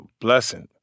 blessing